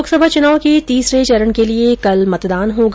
लोकसभा चुनाव के तीसरे चरण के लिए कल मतदान होगा